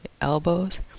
elbows